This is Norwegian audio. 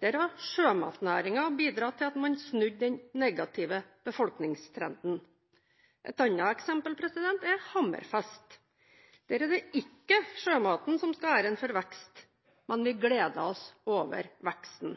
Der har sjømatnæringen bidratt til at man snudde den negative befolkningstrenden. Et annet eksempel er Hammerfest. Der er det ikke sjømaten som skal ha æren for vekst. Men vi gleder oss over veksten.